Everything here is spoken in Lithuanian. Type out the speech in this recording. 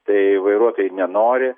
tai vairuotojai nenori